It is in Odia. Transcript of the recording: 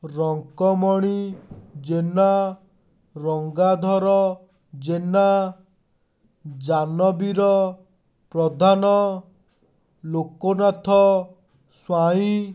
ରଙ୍କମଣି ଜେନା ରଙ୍ଗାଧର ଜେନା ଯାନବୀର ପ୍ରଧାନ ଲୋକନାଥ ସ୍ୱାଇଁ